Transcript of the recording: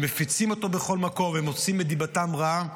מפיצים אותו בכל מקום ומוציאים את דיבתם רעה.